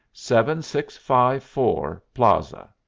seven-six-five-four plaza.